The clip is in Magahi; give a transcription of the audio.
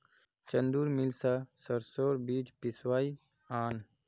चंदूर मिल स सरसोर बीज पिसवइ आन